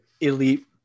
elite